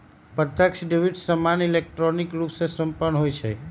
प्रत्यक्ष डेबिट सामान्य इलेक्ट्रॉनिक रूपे संपन्न होइ छइ